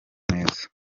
neza